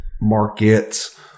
markets